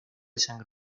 sangre